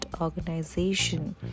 organization